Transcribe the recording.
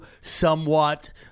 somewhat